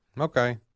Okay